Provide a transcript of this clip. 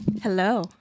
Hello